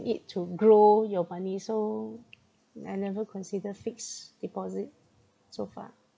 it to grow your money so I never consider fixed deposit so far